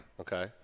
Okay